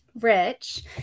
Rich